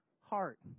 heart